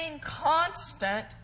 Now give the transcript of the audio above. constant